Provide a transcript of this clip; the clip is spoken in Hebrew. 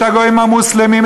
את הגויים המוסלמים,